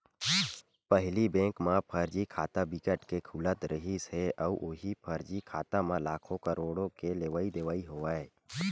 पहिली बेंक म फरजी खाता बिकट के खुलत रिहिस हे अउ उहीं फरजी खाता म लाखो, करोड़ो के लेवई देवई होवय